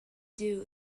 dew